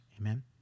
Amen